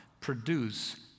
produce